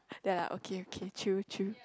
ya lah okay okay chill chill